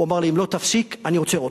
הוא אמר לי: אם לא תפסיק אני עוצר אותך,